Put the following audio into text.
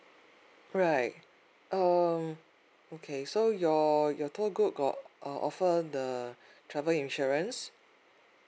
right um okay so your your tour group got uh offer the travel insurance